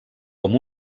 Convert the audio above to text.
com